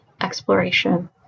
exploration